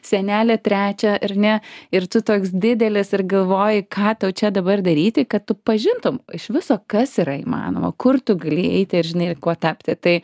senelė trečią ar ne ir tu toks didelis ir galvoji ką tau čia dabar daryti kad tu pažintum iš viso kas yra įmanoma kur tu gali eiti ir žinai kuo tapti tai